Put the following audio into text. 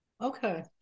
Okay